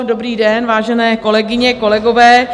Dobrý den, vážené kolegyně, kolegové.